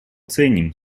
ценим